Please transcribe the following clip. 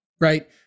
right